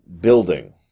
building